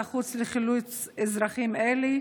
1. מה התוכנית של משרד החוץ לחילוץ אזרחים אלה?